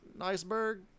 iceberg